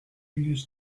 use